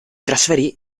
trasferì